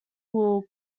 will